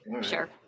Sure